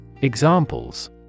Examples